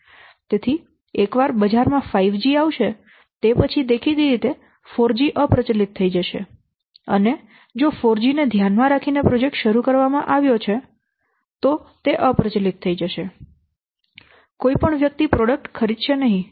તેથી એકવાર 5G બજારમાં આવશે તે પછી દેખીતી રીતે 4G અપ્રચલિત થઈ જશે અને જો 4G ને ધ્યાનમાં રાખીને પ્રોજેક્ટ શરૂ કરવામાં આવ્યો છે તો તે અપ્રચલિત થઈ જશે અને કોઈ પણ વ્યક્તિ પ્રોડક્ટ ખરીદશે નહીં